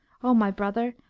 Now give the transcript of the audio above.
o my brother,